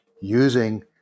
using